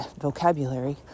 vocabulary